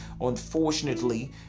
Unfortunately